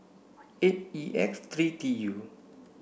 eight E X three T U